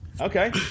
okay